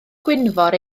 gwynfor